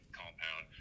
compound